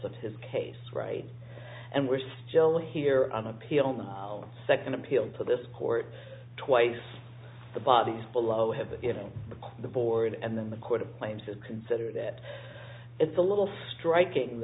of his case right and we're still here on appeal now second appeal to this court twice the bodies below have you know the board and then the court of claims and consider that it's a little striking